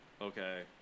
okay